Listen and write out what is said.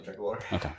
Okay